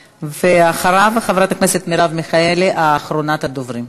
ואחריו, חברת הכנסת מרב מיכאלי, אחרונת הדוברים.